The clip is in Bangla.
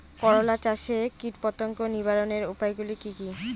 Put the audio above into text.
করলা চাষে কীটপতঙ্গ নিবারণের উপায়গুলি কি কী?